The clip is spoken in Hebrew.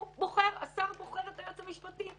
השר בוחר את היועץ המשפטי,